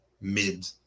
mid